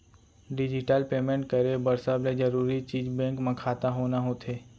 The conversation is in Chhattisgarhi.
डिजिटल पेमेंट करे बर सबले जरूरी चीज बेंक म खाता होना होथे